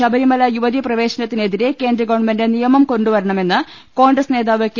ശബരിമല യുവതി പ്രവേശനത്തിനെതിരെ കേന്ദ്ര ഗവൺമെന്റ് നിയമം കൊണ്ടുവരണമെന്ന് കോൺഗ്രസ് നേതാവ് കെ